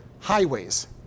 highways